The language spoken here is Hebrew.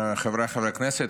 חבריי חברי הכנסת,